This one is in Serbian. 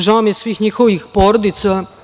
Žao mi je svih njihovih porodica.